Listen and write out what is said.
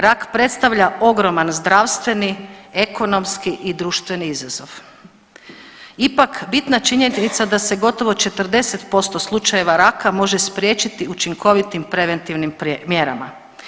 Rak predstavlja ogroman zdravstveni, ekonomski i društveni izazov, ipak bitna činjenica da se gotovo 40% slučajeva raka može spriječiti učinkovitim preventivom mjerama.